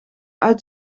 uit